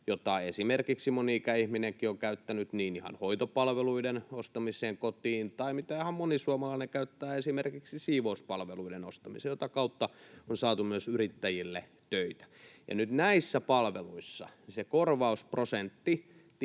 mitä esimerkiksi moni ikäihminenkin on käyttänyt ihan hoitopalveluiden ostamiseen kotiin tai mitä ihan moni suomalainen käyttää esimerkiksi siivouspalveluiden ostamiseen, minkä kautta on saatu myös yrittäjille töitä. Nyt näissä palveluissa se korvausprosentti tippuu